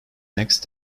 next